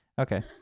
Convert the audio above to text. Okay